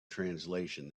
translation